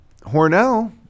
Hornell